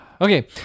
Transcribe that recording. Okay